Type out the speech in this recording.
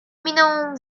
miną